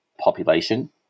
population